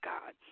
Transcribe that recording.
God